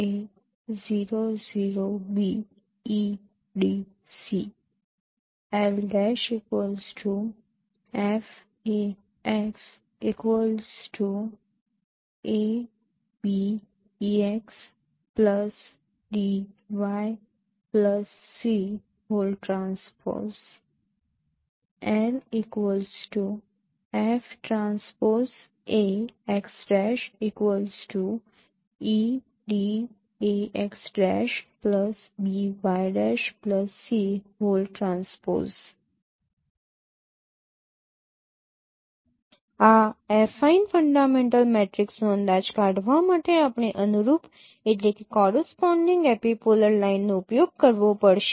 આ affine fundamental મેટ્રિક્સનો અંદાજ કાઢવા માટે આપણે અનુરૂપ એપિપોલર લાઇનનો ઉપયોગ કરવો પડશે